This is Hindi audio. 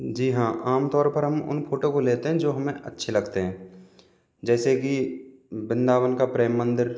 जी हाँ आमतौर पर हम उन फ़ोटो को लेते है जो हमें अच्छे लगते हैं जैसे कि वृंदावन का प्रेम मंदिर